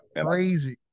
crazy